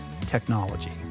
technology